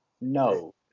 No